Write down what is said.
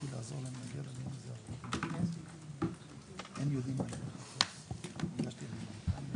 קודם כל, פסק הדין 1315 אני העברתי לעדן.